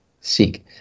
Seek